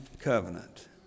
covenant